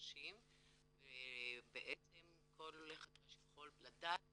חדשים ובעצם כל עולה חדש יוכל לדעת